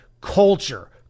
Culture